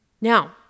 Now